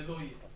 זה לא יהיה.